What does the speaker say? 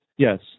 Yes